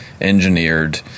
engineered